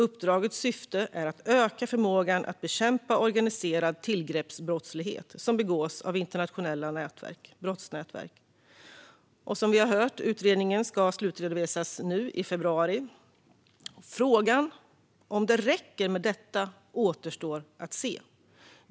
Uppdragets syfte är att öka förmågan att bekämpa organiserad tillgreppsbrottslighet som begås av internationella brottsnätverk. Som vi har hört ska utredningen slutredovisas nu i februari. Om det räcker med detta återstår att se.